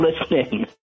listening